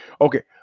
Okay